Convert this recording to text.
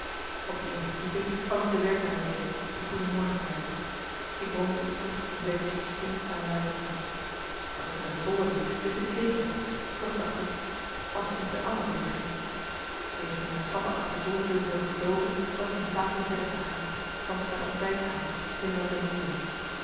op de eerste verdieping kwam ik de werkmeid tegen die goeije morgen zei marcellus emants een nagelaten bekentenis ik bromde iets terug en bleef als versteend staan luisteren dat zij naar de zolder liep wist ik zeker toch dacht ik als ze eens bij anna binnen ging eerst toen ik haar stappen achter de zolderdeur hoorde verdooven was ik in staat weer verder te gaan thans naar de ontbijtkamer heelemaal beneden